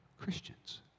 Christians